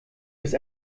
bist